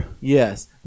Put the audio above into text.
Yes